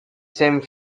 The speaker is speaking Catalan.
cent